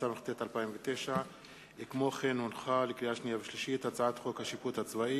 התשס"ט 2009. לקריאה שנייה ולקריאה שלישית: הצעת חוק השיפוט הצבאי